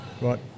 Right